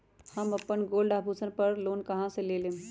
हम अपन गोल्ड आभूषण पर लोन कहां से लेम?